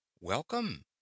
Welcome